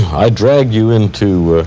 i dragged you into